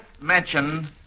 mention